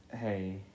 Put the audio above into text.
hey